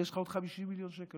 ויש לך עוד 50 מיליון שקל,